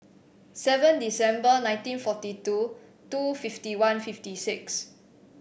seven December nineteen forty two two fifty one fifty six